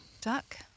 Duck